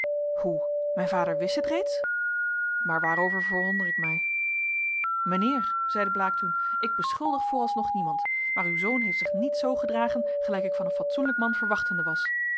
hoe mijn vader wist dit reeds maar waarover verwonder ik mij mijnheer zeide blaek toen ik beschuldig voor alsnog niemand maar uw zoon heeft zich niet zoo gedragen gelijk ik van een fatsoenlijk man verwachtende was